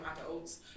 adults